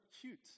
cute